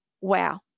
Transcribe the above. wow